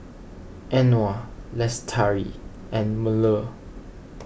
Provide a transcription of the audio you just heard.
Anuar Lestari and Melur